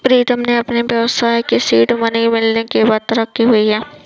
प्रीतम के अपने व्यवसाय के सीड मनी मिलने के बाद तरक्की हुई हैं